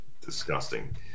disgusting